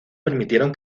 permitieron